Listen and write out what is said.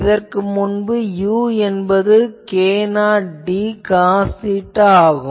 இதற்கு முன்பு u என்பது k0d காஸ் தீட்டா ஆகும்